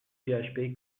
php